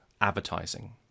advertising